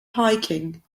hiking